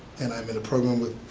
and i'm in a program with